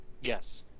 Yes